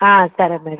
సరే మేడం